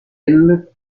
ltd